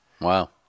Wow